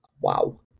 Wow